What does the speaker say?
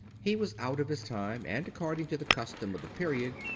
he was out of his time, and, according to the custom of the period,